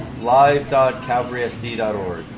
Live.calvarysc.org